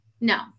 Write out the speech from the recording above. no